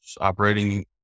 operating